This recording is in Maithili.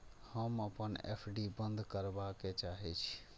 हम अपन एफ.डी बंद करबा के चाहे छी